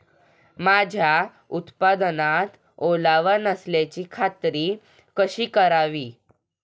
माझ्या उत्पादनात ओलावा नसल्याची खात्री कशी करावी?